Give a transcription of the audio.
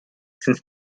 since